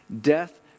death